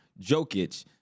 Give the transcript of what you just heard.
Jokic